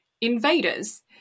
invaders